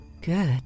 Good